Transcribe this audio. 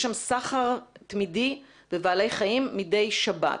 יש שם סחר תמידי בבעלי חיים מדי שבת.